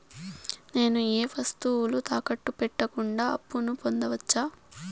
నేను ఏ వస్తువులు తాకట్టు పెట్టకుండా అప్పును పొందవచ్చా?